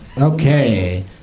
Okay